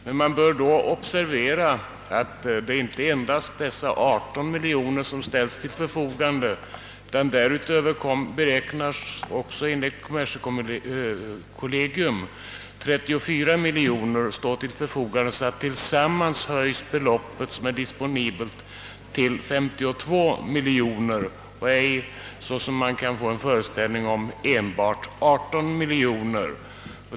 Man bör emellertid observera att det inte endast är dessa 18 miljoner kronor som ställs till förfogande, utan därutöver beräknas enligt kommerskollegium 34 miljoner kronor stå till förfogande; sammanlagt höjs det disponibla beloppet alltså till 52 miljoner kronor och inte, som man kan få en föreställning om, endast till 18 miljoner kronor.